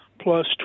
plus